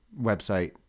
website